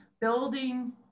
building